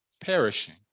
perishing